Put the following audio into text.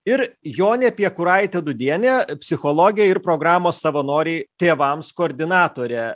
ir jonė piekuraitė dudienė psichologė ir programos savanoriai tėvams koordinatorė